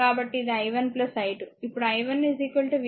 కాబట్టి ఇది i 1 i2